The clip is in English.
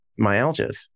myalgias